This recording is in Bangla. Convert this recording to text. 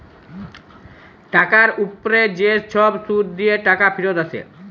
টাকার উপ্রে যে ছব সুদ দিঁয়ে টাকা ফিরত আসে